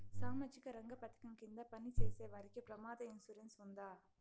సామాజిక రంగ పథకం కింద పని చేసేవారికి ప్రమాద ఇన్సూరెన్సు ఉందా?